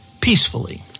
peacefully